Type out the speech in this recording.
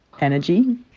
Energy